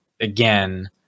Again